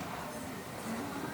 תודה רבה.